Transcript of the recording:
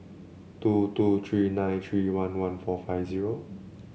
two two three nine three one one four five zero